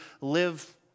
live